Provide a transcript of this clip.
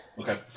okay